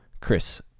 Chris